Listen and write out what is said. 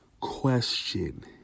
question